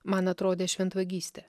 man atrodė šventvagystė